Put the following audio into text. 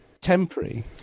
temporary